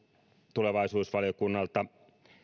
tulevaisuusvaliokunnalta